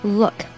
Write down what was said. look